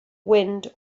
wind